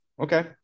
Okay